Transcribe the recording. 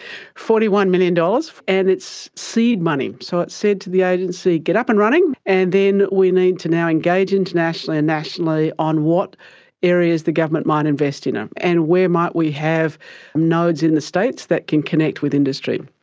forty one million dollars, and it's seed money, so it has said to the agency get up and running, and then we need to now engage internationally and nationally on what areas the government might invest in it ah and where might we have nodes in the states that can connect with industry.